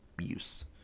use